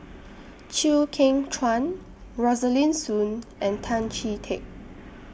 Chew Kheng Chuan Rosaline Soon and Tan Chee Teck